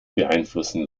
beeinflussen